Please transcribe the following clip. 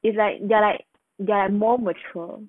it's like they're like they're more mature